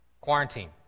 quarantine